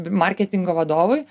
marketingo vadovui